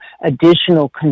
additional